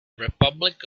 republic